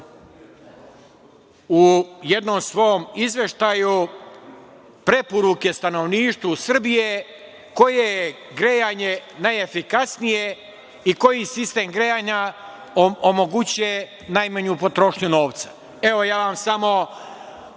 u jednom svom izveštaju preporuke stanovništvu Srbije koje je grejanje najefikasnije i koji sistem grejanja omogućava najmanju potrošnju novca. Evo, ja vam samo